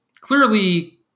clearly